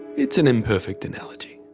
it's an imperfect analogy.